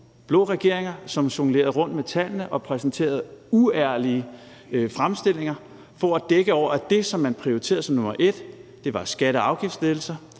blå regeringer, som jonglerede rundt med tallene og præsenterede uærlige fremstillinger for at dække over, at det, som man prioriterede som nummer et, var skatte- og afgiftslettelser,